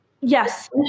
yes